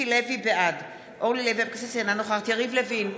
בעד אורלי לוי אבקסיס, אינה נוכחת יריב לוין,